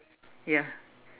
ya